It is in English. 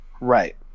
right